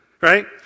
Right